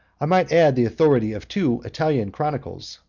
i might add the authority of two italian chronicles,